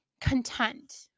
content